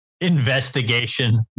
Investigation